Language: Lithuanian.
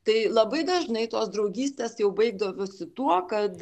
tai labai dažnai tos draugystės baigdavosi tuo kad